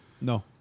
No